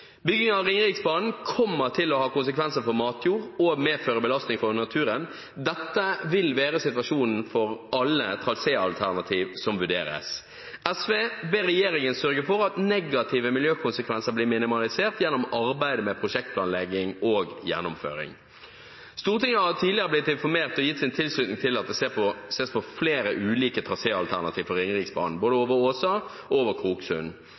Bygging av Ringeriksbanen kommer til å ha konsekvenser for matjord og medføre en belastning for naturen. Dette vil være situasjonen for alle traséalternativer som vurderes. SV ber regjeringen sørge for at negative miljøkonsekvenser blir minimalisert gjennom arbeidet med prosjektplanlegging og gjennomføring. Stortinget har tidligere blitt informert og gitt sin tilslutning til at det må ses på flere ulike traséalternativer for Ringeriksbanen, både over Åsa og over Kroksund.